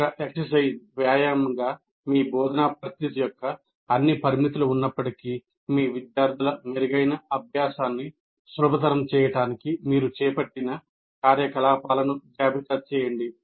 ఒక వ్యాయామంగా మీ బోధనా పరిస్థితి యొక్క అన్ని పరిమితులు ఉన్నప్పటికీ మీ విద్యార్థుల మెరుగైన అభ్యాసాన్ని సులభతరం చేయడానికి మీరు చేపట్టిన కార్యకలాపాలను జాబితా చేయండి